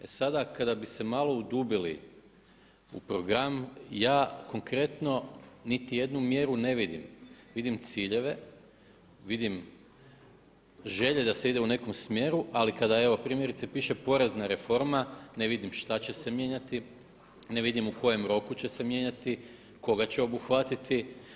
E sada, kada bi se malo udubili u program ja konkretno niti jednu mjeru ne vidim, vidim ciljeve, vidim želje da se ide u nekom smjeru ali kada evo primjerice piše porezna reforma ne vidim šta će se mijenjati, ne vidim u kojem roku će se mijenjati, koga će obuhvatiti.